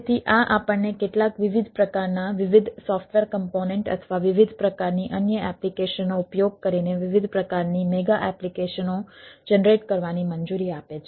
તેથી આ આપણને કેટલાક વિવિધ પ્રકારનાં વિવિધ સોફ્ટવેર કમ્પોનેન્ટ અથવા વિવિધ પ્રકારની અન્ય એપ્લિકેશનનો ઉપયોગ કરીને વિવિધ પ્રકારની મેગા કરવાની મંજૂરી આપે છે